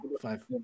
Five